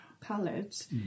palettes